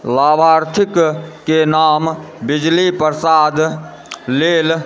लाभार्थीके नाम बिजली प्रसाद लेल